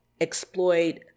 exploit